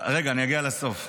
רגע, אני אגיע לסוף.